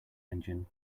engine